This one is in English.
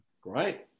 Great